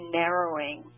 narrowing